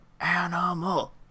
animal